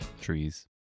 Trees